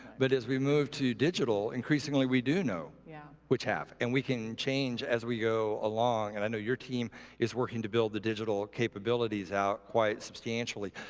but as we move to digital, increasingly we do know yeah which half. and we can change as we go along. and i know your team is working to build the digital capabilities out quite substantially.